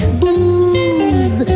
booze